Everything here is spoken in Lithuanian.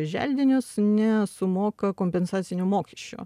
želdinius nesumoka kompensacinio mokesčio